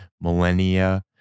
millennia